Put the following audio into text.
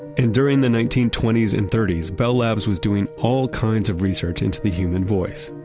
and during the nineteen twenty s and thirty s, bell labs was doing all kinds of research into the human voice.